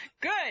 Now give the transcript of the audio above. Good